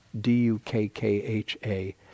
D-U-K-K-H-A